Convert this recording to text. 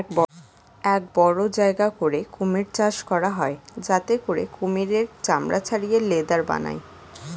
এক বড় জায়গা করে কুমির চাষ করা হয় যাতে করে কুমিরের চামড়া ছাড়িয়ে লেদার বানায়